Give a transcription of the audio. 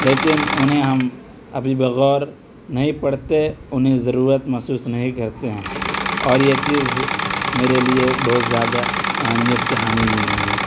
لیکن انہیں ہم ابھی بغور نہیں پڑھتے انہیں ضرورت محسوس نہیں کرتے ہیں اور یہ چیز میرے لیے بہت زیادہ اہمیت کی حامل بھی نہیں ہے